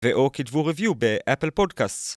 ואו כתבו ריביו באפל פודקאסט.